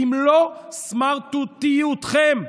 במלוא סמרטוטיותכם,